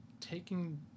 taking